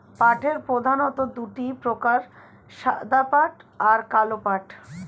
পাটের প্রধানত দুটি প্রকার সাদা পাট আর কালো পাট